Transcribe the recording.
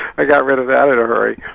i got rid of that in a hurry.